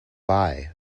buy